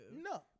No